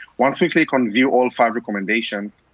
once we click on view all five recommendations,